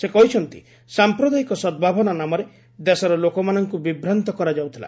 ସେ କହିଛନ୍ତି ସାମ୍ପ୍ରଦାୟିକ ସଦ୍ଭାବନା ନାମରେ ଦେଶର ଲୋକମାନଙ୍କୁ ବିଭ୍ରାନ୍ତ କରାଯାଉଥିଲା